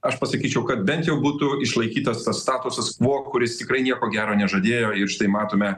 aš pasakyčiau kad bent jau būtų išlaikytas tas statusas quo kuris tikrai nieko gero nežadėjo ir štai matome